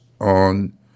on